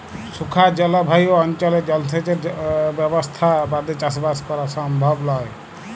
শুখা জলভায়ু অনচলে জলসেঁচের ব্যবসথা বাদে চাসবাস করা সমভব লয়